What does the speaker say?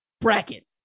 bracket